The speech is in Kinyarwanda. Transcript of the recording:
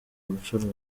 bucuruzi